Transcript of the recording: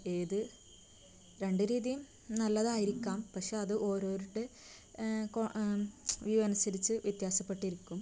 ഏത് രണ്ട് രീതീം നല്ലതായിരിക്കാം പഷെ അത് ഓരോരുടെ കോ വ്യൂ അനുസരിച്ച് വ്യത്യാസപ്പെട്ടിരിക്കും